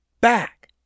back